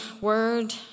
word